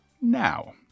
now